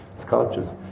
sculptures.